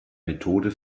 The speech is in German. methode